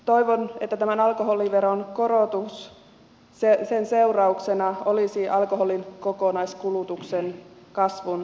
toivon että tämän alkoholiveron korotuksen seurauksena olisi alkoholin kokonaiskulutuksen kasvun taittuminen